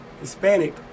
Hispanic